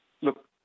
Look